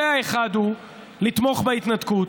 הקצה האחד הוא לתמוך בהתנתקות,